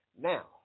Now